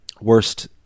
worst